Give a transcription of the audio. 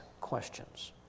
questions